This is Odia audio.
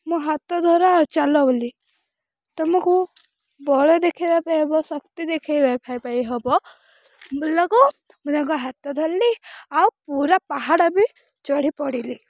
ମୋ ହାତ ଧର ଆଉ ଚାଲ ବୋଲି ତମକୁ ବଳ ଦେଖାଇବା ପାଇଁ ହେବ ଶକ୍ତି ଦେଖାଇବା ପାଇଁ ହେବ ମୁଁ ତାଙ୍କ ମୁଁ ତାଙ୍କ ହାତ ଧରିଲି ଆଉ ପୁରା ପାହାଡ଼ ବି ଚଢ଼ିପଡ଼ିଲି